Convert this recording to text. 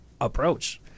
approach